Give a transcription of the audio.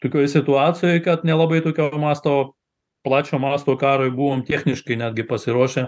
tokioj situacijoj kad nelabai tokio masto plačio masto karui buvom techniškai netgi pasiruošę